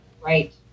Right